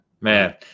Man